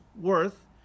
worth